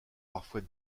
parfois